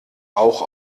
auch